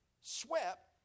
swept